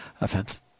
offense